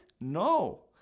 No